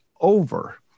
over